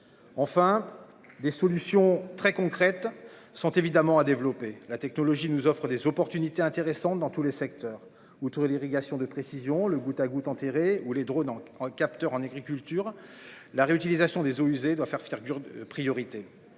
Enfin des solutions très concrètes sont évidemment à développer la technologie nous offre des opportunités intéressantes dans tous les secteurs où et l'irrigation, de précision, le goutte-à-goutte enterré ou les drone en en capteur en agriculture. La réutilisation des eaux usées doit faire figure